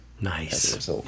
Nice